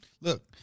Look